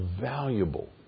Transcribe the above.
valuable